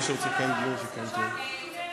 מי שרוצה לקיים דיון, שיקיים דיון.